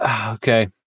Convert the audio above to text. okay